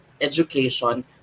Education